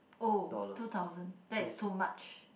oh two thousand that is too much